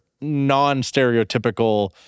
non-stereotypical